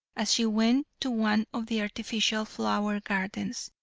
as she went to one of the artificial flower gardens,